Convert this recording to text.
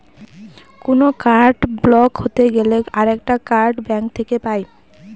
কোনো card block হতে গেলে আরেকটা কার্ড ব্যাঙ্ক থেকে পাই